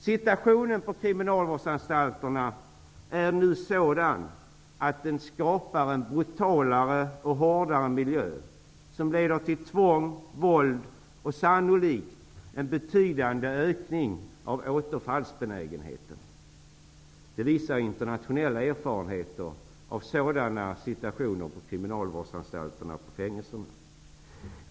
Situationen på kriminalvårdsanstalterna är nu sådan att den skapar en brutalare och hårdare miljö, som leder till tvång, våld och sannolikt en betydande ökning av återfallsbenägenheten. Det visar internationella erfarenheter av sådana situationer på kriminalvårdsanstalter och fängelser.